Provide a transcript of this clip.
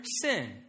sin